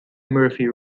murphy